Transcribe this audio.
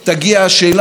התשובה, אגב,